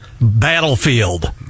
battlefield